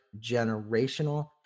generational